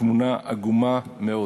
תמונה עגומה מאוד